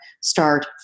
start